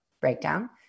breakdown